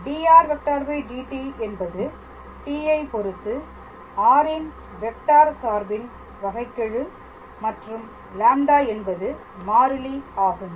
dr dt என்பது t ஐ பொருத்து r ன் வெக்டார் சார்பின் வகைக்கெழு மற்றும் λ என்பது மாறிலி ஆகும்